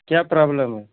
क्या प्रॉब्लेम है